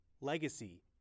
Legacy